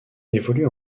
évolue